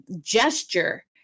gesture